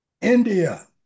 India